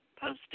posted